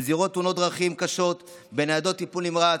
בזירות תאונות דרכים קשות, בניידות טיפול נמרץ,